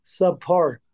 subpar